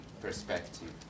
perspective